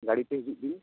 ᱜᱟᱹᱲᱤ ᱛᱮ ᱦᱤᱡᱩᱜ ᱵᱤᱱ